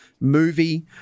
movie